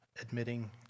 Admitting